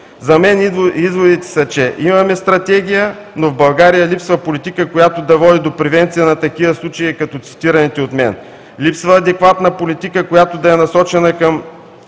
За мен изводите са, че имаме Стратегия, но в България липсва политика, която да води до превенция на такива случаи, като цитираните от мен. Липсва адекватна политика, която да е насочена към